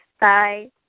Bye